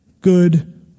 good